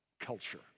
culture